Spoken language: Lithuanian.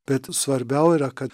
bet svarbiau yra kad